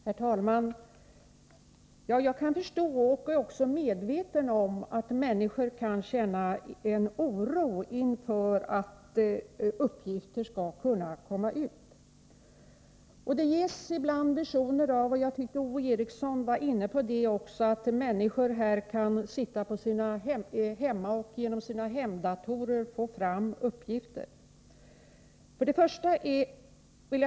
Herr talman! Jag är medveten om att människor kan känna oro för att uppgifter skall kunna komma ut — och jag kan förstå det. Det ges ibland visioner av att människor kan sitta hemma och genom sina hemdatorer få fram uppgifter — också Ove Eriksson var inne på det.